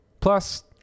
Plus